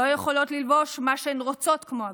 לא יכולות ללבוש מה שהן רוצות כמו הגברים,